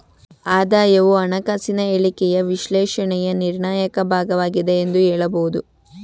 ಆದಾಯವು ಹಣಕಾಸಿನ ಹೇಳಿಕೆಯ ವಿಶ್ಲೇಷಣೆಯ ನಿರ್ಣಾಯಕ ಭಾಗವಾಗಿದೆ ಎಂದು ಹೇಳಬಹುದು